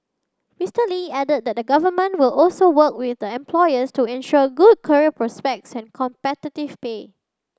Mister Lee added that the government will also work with employers to ensure good career prospects and competitive pay